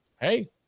Hey